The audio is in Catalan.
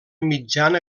mitjana